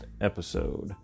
episode